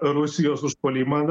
rusijos užpuolimą